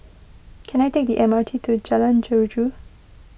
can I take the M R T to Jalan Jeruju